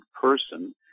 person